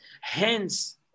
Hence